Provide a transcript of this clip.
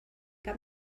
cap